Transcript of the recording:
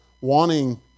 wanting